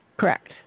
Correct